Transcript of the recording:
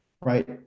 right